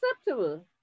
acceptable